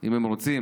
אם הן רוצות,